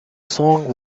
song